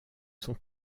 sont